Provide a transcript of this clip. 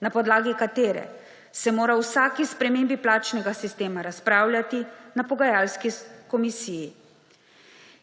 na podlagi katerega se mora o vsaki spremembi plačnega sistema razpravljati na pogajalski komisiji.